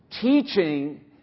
Teaching